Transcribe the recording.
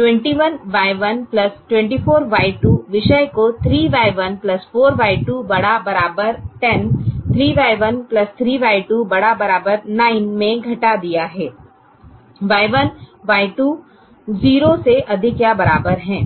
21Y124Y2 विषय को 3Y14Y2 ≥ 10 3Y1 3Y2 ≥ 9 में घटा दिया है Y1 Y2 0 से अधिक या बराबर है